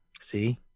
See